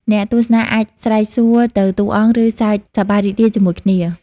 អ្នកទស្សនាអាចស្រែកសួរទៅតួអង្គ ឬសើចសប្បាយរីករាយជាមួយគ្នា